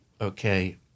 okay